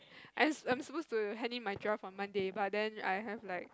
I'm I'm supposed to hand in my draft on Monday but then I have like